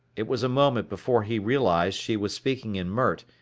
it was a moment before he realized she was speaking in mert,